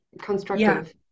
constructive